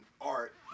art